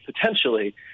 potentially